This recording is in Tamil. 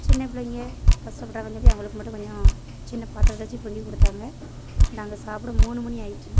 சின்ன பிள்ளைங்க கஷ்டப்பட்டாங்கன்னு சொல்லி அவங்களுக்கு மட்டும் கொஞ்சம் சின்ன பாத்திரத்தை வச்சு பொங்கி கொடுத்தாங்க நாங்கள் சாப்பிட மூணு மணி ஆயிட்சு